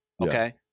Okay